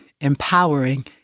empowering